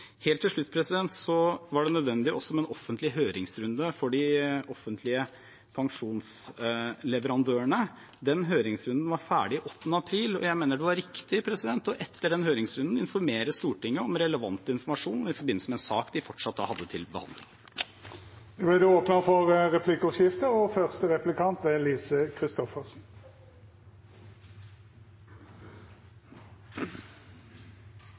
Helt til slutt: Det var nødvendig også med en offentlig høringsrunde for de offentlige pensjonsleverandørene. Den høringsrunden var ferdig 8. april, og jeg mener det var riktig etter den høringsrunden å informere Stortinget om relevant informasjon i forbindelse med en sak de da fortsatt hadde til behandling. Det vert replikkordskifte. I proposisjonen legger statsråden fram forslag til nødvendige tilleggsbevilgninger for